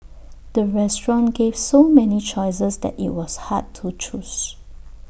the restaurant gave so many choices that IT was hard to choose